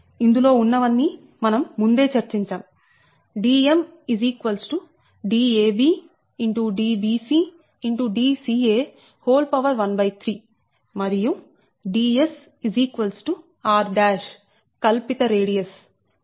ఇందులో ఉన్నవన్నీ మనం ముందే చర్చించాం Dm Dab Dbc Dca13మరియు Ds r కల్పిత రేడియస్